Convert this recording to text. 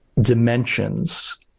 dimensions